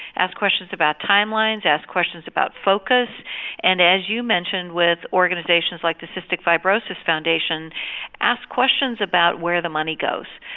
ask questions about time lines, ask questions about focus and as you mentioned with organisations like the cystic fibrosis foundation ask questions about where the money goes.